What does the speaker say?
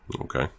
Okay